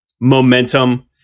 momentum